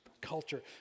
culture